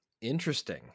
Interesting